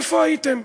איפה הייתם?